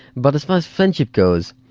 but as far as friendship goes,